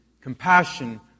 compassion